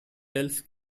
tells